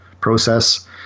process